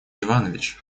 иванович